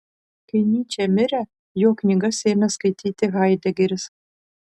kai nyčė mirė jo knygas ėmė skaityti haidegeris